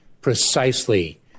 precisely